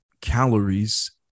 calories